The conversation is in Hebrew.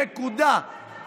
נקודה.